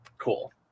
cool